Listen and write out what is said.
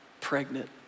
pregnant